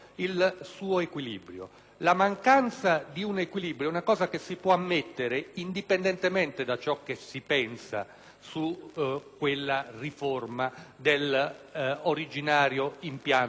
La mancanza di un equilibrio si può ammettere, indipendentemente da ciò che si pensa su quella riforma dell'originario impianto costituzionale.